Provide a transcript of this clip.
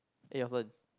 eh your turn